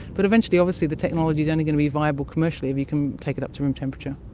but eventually obviously the technology is only going to be viable commercially if you can take it up to room temperature.